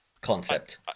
concept